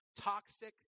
toxic